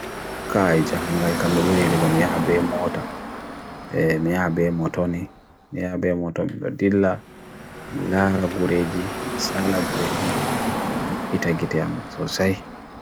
kai jahangal kamibunirugom nye habe mota nye habe mota nye nye habe mota nye gadilla nye lahra gureji nye sahra gureji nye itagitiam so say